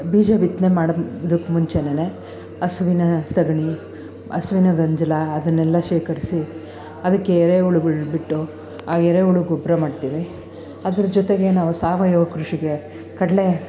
ಬೀಜ ಬಿತ್ತನೆ ಮಾಡೋದಕ್ಕೆ ಮುಂಚೆನೆ ಹಸುವಿನ ಸಗಣಿ ಹಸುವಿನ ಗಂಜಲ ಅದನ್ನೆಲ್ಲ ಶೇಖರಿಸಿ ಅದಕ್ಕೆ ಎರೆಹುಳುಗಳ್ನ ಬಿಟ್ಟು ಆ ಎರೆಹುಳು ಗೊಬ್ಬರ ಮಾಡ್ತೀವಿ ಅದರ ಜೊತೆಗೆ ನಾವು ಸಾವಯವ ಕೃಷಿಗೆ ಕಡಲೆ